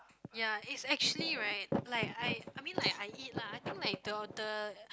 ya it's actually right like I I mean like I eat lah I think like daughter